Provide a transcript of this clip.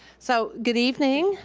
so good evening,